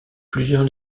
plusieurs